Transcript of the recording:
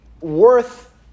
worth